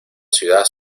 ciudad